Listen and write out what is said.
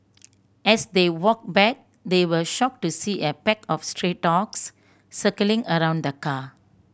as they walked back they were shocked to see a pack of stray dogs circling around the car